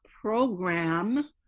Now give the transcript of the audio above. program